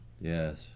Yes